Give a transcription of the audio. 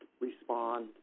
respond